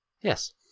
yes